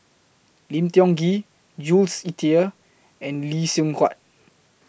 Lim Tiong Ghee Jules Itier and Lee Seng Huat